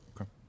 Okay